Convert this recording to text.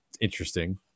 interesting